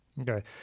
Okay